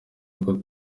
ariko